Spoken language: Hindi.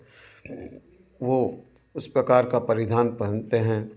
वह उस प्रकार का परिधान पहनते हैं